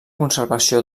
conservació